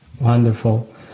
wonderful